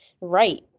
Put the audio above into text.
right